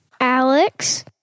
Alex